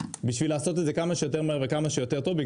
בשביל לעשות את זה כמה שיותר מהר וכמה שיותר טוב.